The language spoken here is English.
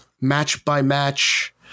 match-by-match